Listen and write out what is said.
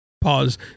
Pause